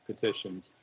petitions